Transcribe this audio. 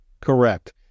Correct